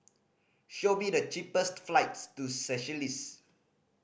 show me the cheapest flights to Seychelles